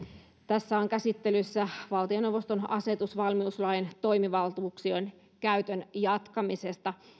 tässä on käsittelyssä valtioneuvoston asetus valmiuslain toimivaltuuksien käytön jatkamisesta